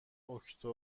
اکتبر